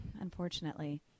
unfortunately